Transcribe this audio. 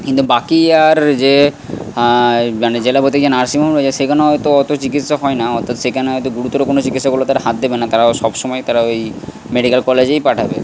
কিন্তু বাকি আর যে মানে জেলা বলতে গিয়ে নার্সিং হোম রয়েছে সেখানেও হয়তো অতো চিকিৎসা হয় না অর্থাৎ সেখানে হয়তো গুরুতর কোনো চিকিৎসাগুলো তারা হাত দেবে না তারা সব সময় তারা ওই মেডিক্যাল কলেজেই পাঠাবে